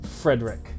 Frederick